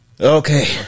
Okay